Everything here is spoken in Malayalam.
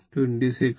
26 11